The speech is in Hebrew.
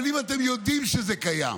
אבל אם אתם יודעים שזה קיים,